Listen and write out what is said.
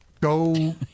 Go